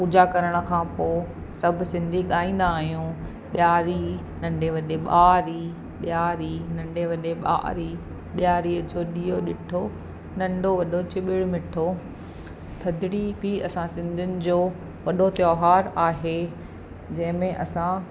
पूजा करण खां पोइ सभु सिंधी ॻाईंदा आहियूं ॾीआरी नंढे वॾे ॿारी ॾीआरी नंढे वॾे ॿारी ॾीआरी जो ॾीयो ॾिठो नंढो वॾो चिॿड़ि मिठो थदड़ी बि असां सिंधियुनि जो वॾो त्योहारु आहे जंहिंमें असां